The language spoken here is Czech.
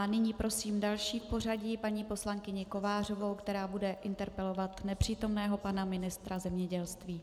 Nyní prosím další v pořadí paní poslankyni Kovářovou, která bude interpelovat nepřítomného pana ministra zemědělství.